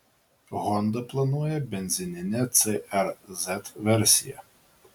honda planuoja benzininę cr z versiją